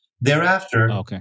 Thereafter